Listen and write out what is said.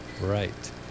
Right